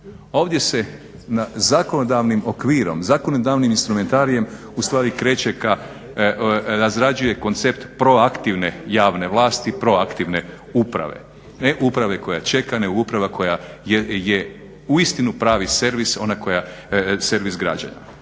Ovdje se na zakonodavnim okvirom, zakonodavnim instrumentarijem ustvari kreće ka, razrađuje koncept proaktivne javne vlasti, proaktivne uprave. Ne uprave koja čeka nego uprave koja je uistinu pravi servis, ona koja je servis građana.